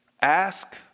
ask